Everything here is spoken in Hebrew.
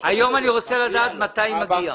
טולדו, היום אני רוצה לדעת מתי היא מגיעה.